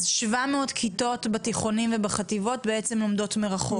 אז 700 כיתות בתיכונים ובחטיבות הביניים בעצם לומדות מרחוק,